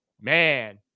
man